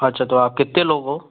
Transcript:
अच्छा तो आप कितने लोग हो